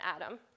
atom